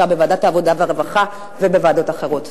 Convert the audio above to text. בוועדת העבודה והרווחה ובוועדות אחרות.